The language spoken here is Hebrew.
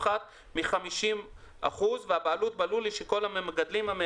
שהיא רפורמה חשובה גם למען בעלי החיים וגם למען ההולכים על שתיים,